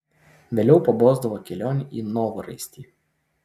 vėliau pabosdavo kelionė į novaraistį